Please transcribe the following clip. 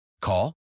Call